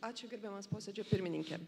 ačiū gerbiamas posėdžio pirmininke